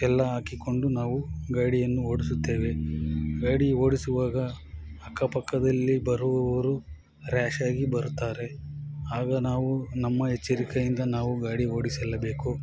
ಎಲ್ಲ ಹಾಕಿಕೊಂಡು ನಾವು ಗಾಡಿಯನ್ನು ಓಡಿಸುತ್ತೇವೆ ಗಾಡಿ ಓಡಿಸುವಾಗ ಅಕ್ಕ ಪಕ್ಕದಲ್ಲಿ ಬರುವವರು ರ್ಯಾಶ್ ಆಗಿ ಬರುತ್ತಾರೆ ಆಗ ನಾವು ನಮ್ಮ ಎಚ್ಚರಿಕೆಯಿಂದ ನಾವು ಗಾಡಿ ಓಡಿಸಲೆಬೇಕು